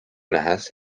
nähes